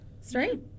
straight